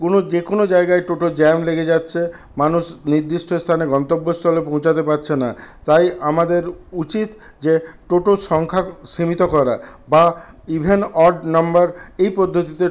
কোনো যেকোনো জায়গায় টোটোর জ্যাম লেগে যাচ্ছে মানুষ নির্দিষ্ট স্থানে গন্তব্যস্থলে পৌঁছাতে পারছে না তাই আমাদের উচিত যে টোটোর সংখ্যা সীমিত করা বা ইভেন অড নম্বর এই পদ্ধতিতে